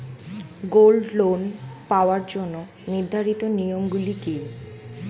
Gold loan পাওয়ার জন্য নির্ধারিত নিয়ম গুলি কি?